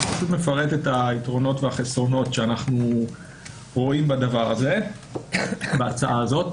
הוא פשוט מפרט את היתרונות והחסרונות שאנחנו רואים בהצעה הזאת.